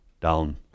down